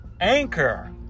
Anchor